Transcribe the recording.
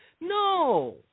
No